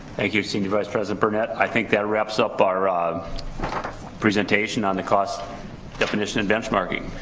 thank you senior vice president burnett. i think that wraps up our ah presentation on the cost definition and benchmarking.